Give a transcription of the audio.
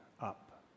up